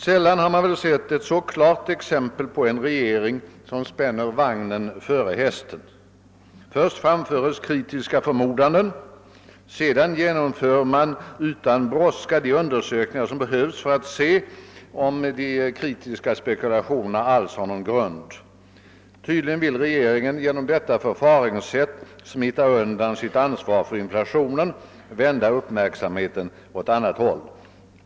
Sällan har man väl sett ett så klart exempel på en regering som spänner vagnen för hästen. Först framföres kritiska förmodanden, sedan genomför man utan brådska de undersökningar som behövs för att se om de kritiska spekulationerna alls har någon grund. Tydligen vill regeringen genom detta förfaringssätt smita undan sitt ansvar för inflationen, vända uppmärksamheten åt annat håll.